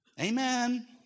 Amen